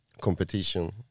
competition